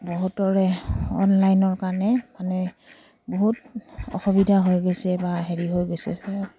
বহুতৰে অনলাইনৰ কাৰণে মানে বহুত অসুবিধা হৈ গৈছে বা হেৰি হৈ গৈছে